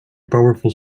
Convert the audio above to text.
powerful